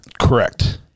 Correct